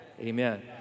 Amen